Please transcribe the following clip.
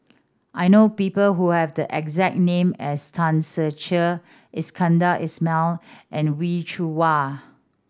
I know people who have the exact name as Tan Ser Cher Iskandar Ismail and Wee Cho Yaw